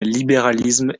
libéralisme